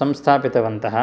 संस्थापितवन्तः